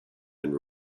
and